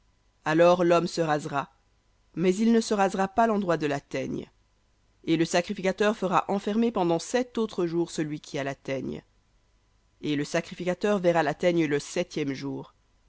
alors l'homme se rasera mais il ne rasera pas la teigne et le sacrificateur fera enfermer pendant sept autres jours la teigne et le sacrificateur verra la teigne le septième jour